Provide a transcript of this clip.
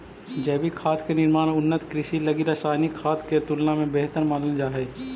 जैविक खाद के निर्माण उन्नत कृषि लगी रासायनिक खाद के तुलना में बेहतर मानल जा हइ